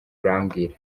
urambwira